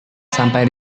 sampai